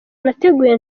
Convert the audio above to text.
nateguye